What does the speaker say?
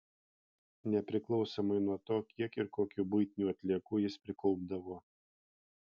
nepriklausomai nuo to kiek ir kokių buitinių atliekų jis prikaupdavo